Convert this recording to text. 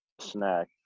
snack